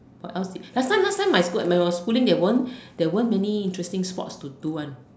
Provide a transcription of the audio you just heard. what else last time last time my school was my when I was schooling there weren't there weren't many interesting sports to do one